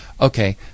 okay